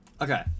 Okay